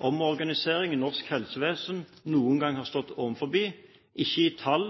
omorganisering norsk helsevesen noen gang har stått overfor – ikke i tall,